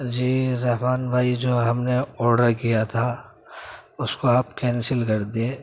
جی رحمٰن بھائی جو ہم نے آرڈر کیا تھا اُس کو آپ کینسل کر دے